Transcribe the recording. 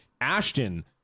Ashton